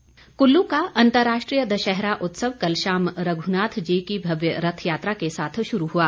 दशहरा कल्लू का अन्तर्राष्ट्रीय दशहरा उत्सव कल शाम रघुनाथ जी की भव्य रथयात्रा के साथ शुरू हुआ